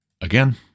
again